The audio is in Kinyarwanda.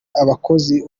abakozi